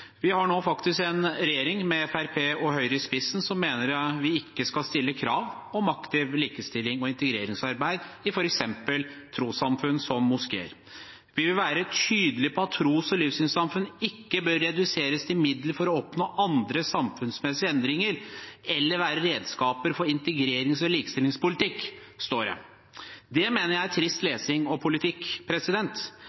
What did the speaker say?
Vi har nå faktisk en regjering med Fremskrittspartiet og Høyre i spissen som mener vi ikke skal stille krav om aktivt likestillings- og integreringsarbeid i f.eks. trossamfunn som moskeer. «Tros- og livssynssamfunn bør ikke reduseres til middel for å oppnå andre samfunnsmessige endringer eller være redskaper for integrerings- og likestillingspolitikken», uttaler en Høyre-representant. Det mener jeg er trist